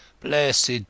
Blessed